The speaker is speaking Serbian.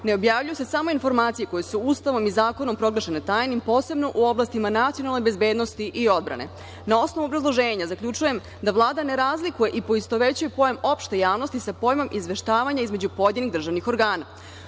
Ne objavljuju se samo informacije koje su Ustavom i zakonom proglašene tajnim, posebno u oblastima nacionalne bezbednosti i odbrane. Na osnovu obrazloženja zaključujem da Vlada ne razlikuje i poistovećuje pojam opšte javnosti sa pojmom izveštavanja između pojedinih državnih organa.